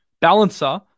Balancer